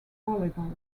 volleyball